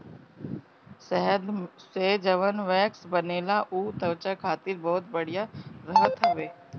शहद से जवन वैक्स बनेला उ त्वचा खातिर बहुते बढ़िया रहत हवे